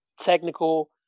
technical